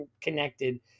connected